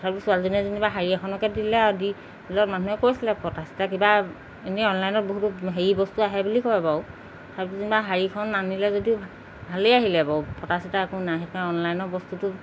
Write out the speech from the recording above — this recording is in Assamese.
তাৰপিছত ছোৱালীজনীয়ে যেনিবা শাড়ী এখনকে দিলে আৰু দি মানুহে কৈছিলে ফটা চিতা কিবা এনেই অনলাইনত বহুতো হেৰি বস্তু আহে বুলি কয় বাৰু তাৰপিছত যেনিবা শাড়ীখন আনিলে যদিও ভালেই আহিলে বাৰু ফটা চিতা একো নাই অনলাইনৰ বস্তুটো